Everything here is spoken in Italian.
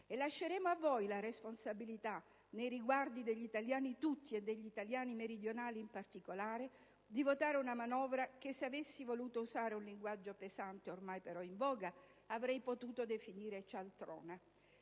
e lasceremo a voi la responsabilità, nei riguardi degli italiani tutti, e degli italiani meridionali in particolare, di votare una manovra che, se avessi voluto usare un linguaggio pesante ma ormai in voga, avrei potuto definire cialtrona.